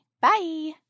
Bye